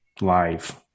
Live